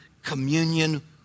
communion